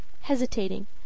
hesitating